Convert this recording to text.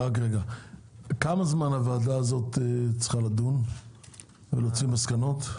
כמה זמן הוועדה הזאת צריכה לדון ולהוציא מסקנות?